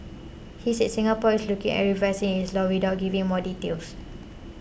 he said Singapore is looking at revising its laws without giving more details